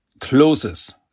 closes